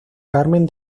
carmen